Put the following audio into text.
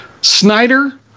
Snyder